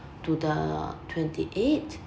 to the twenty eight